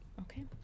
Okay